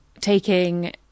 taking